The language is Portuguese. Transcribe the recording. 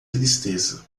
tristeza